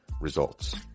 results